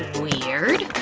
weird.